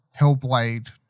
Hellblade